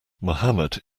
mohammed